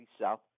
South